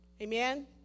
Amen